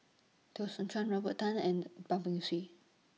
Teo Soon Chuan Robert Tan and Bar Beng Swee